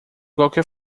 qualquer